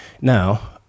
Now